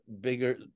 bigger